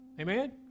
Amen